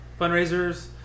Fundraisers